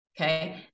okay